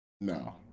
No